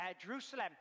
Jerusalem